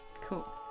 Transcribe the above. cool